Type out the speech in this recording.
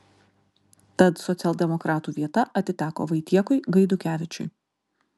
tad socialdemokratų vieta atiteko vaitiekui gaidukevičiui